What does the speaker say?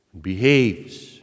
behaves